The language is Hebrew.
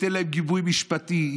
ייתן להם גיבוי משפטי,